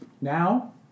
Now